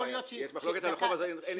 יש מחלוקת על החוב, אז אין עיקול.